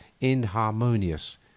inharmonious